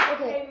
Okay